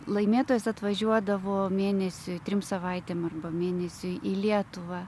laimėtojas atvažiuodavo mėnesiui trim savaitėm arba mėnesiui į lietuvą